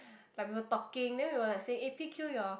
like we were talking then we were like saying eh P_Q your